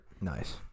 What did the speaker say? Nice